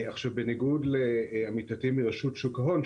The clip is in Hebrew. בניגוד לעמיתתי מרשות שוק ההון,